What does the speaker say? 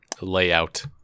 layout